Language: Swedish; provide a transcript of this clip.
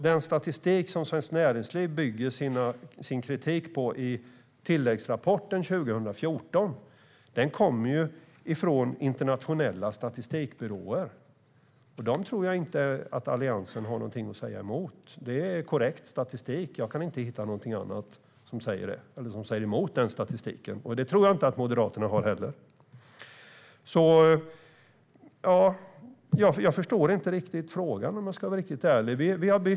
Den statistik som Svenskt Näringsliv bygger sin kritik på i tilläggsrapporten 2014 kommer från internationella statistikbyråer, och dem tror jag inte att Alliansen kan säga emot. Det är korrekt statistik - jag kan inte hitta något som motsäger den statistiken, och det tror jag inte att Moderaterna kan heller. Jag förstår inte riktigt frågan, om jag ska vara ärlig.